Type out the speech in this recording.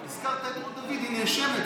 הזכרת את רות דוד, היא נאשמת.